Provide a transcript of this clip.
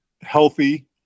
healthy